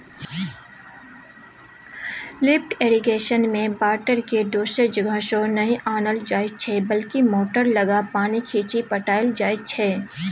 lift इरिगेशनमे बाटरकेँ दोसर जगहसँ नहि आनल जाइ छै बल्कि मोटर लगा पानि घीचि पटाएल जाइ छै